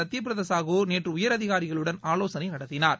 சத்யப்பிரதா சாஹூ நேற்று உயர் அதிகாரிகளுடன்ஆலோசனை நடத்தினார்